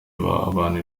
abantu